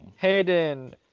Hayden